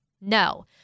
No